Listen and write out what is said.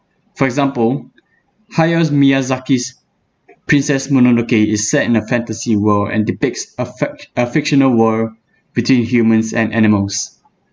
for example hayao miyazaki's princess mononoke is set in a fantasy world and depicts a fic~ a fictional world between humans and animals